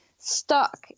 Stuck